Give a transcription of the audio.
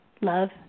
love